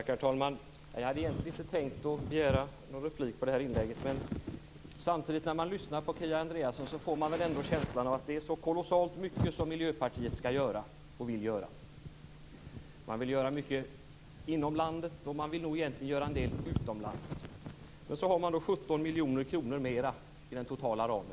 Herr talman! Jag hade egentligen inte tänkt begära replik på det här inlägget, men när man lyssnar på Kia Andreasson får man en känsla av att det är så kolossalt mycket som Miljöpartiet skall och vill göra. Man vill göra mycket inom landet, och man vill göra en del utom landet. Så har man också 17 miljoner kronor mera i total ram.